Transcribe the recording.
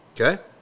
Okay